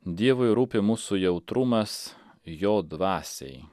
dievui rūpi mūsų jautrumas jo dvasiai